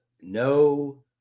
no